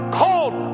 called